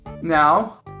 Now